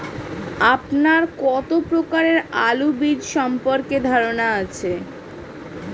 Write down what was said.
আপনার কত প্রকারের আলু বীজ সম্পর্কে ধারনা আছে?